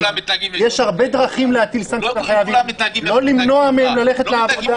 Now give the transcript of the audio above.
יש הרבה דרכים להטיל סנקציות על חייבים אבל לא למנוע מהם ללכת לעבודה.